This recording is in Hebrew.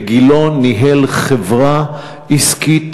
בגילו ניהל חברה עסקית